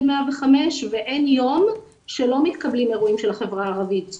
105 ואין יום שלא מתקבלים אירועים של החברה הערבית.